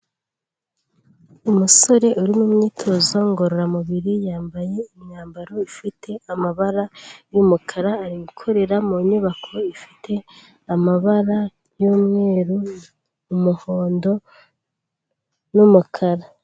Umusore uri mu myitozo ngororamubiri yambaye imyambaro ifite amabara y'umukara, ari gukorera mu nyubako ifite amabara y'umweru, umuhondo n'umukara.